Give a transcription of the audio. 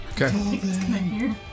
Okay